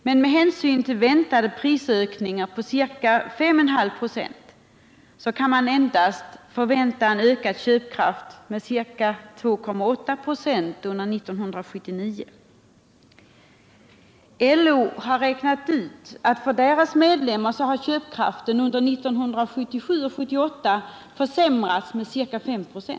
Men med hänsyn till väntade prisökningar på ca 5,5 26 kan man förvänta en med endast ca 2,8 96 ökad köpkraft 1979. LO har räknat ut att köpkraften för dess medlemmar under 1977 och 1978 har försämrats med ca 5 96.